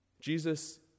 Jesus